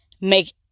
make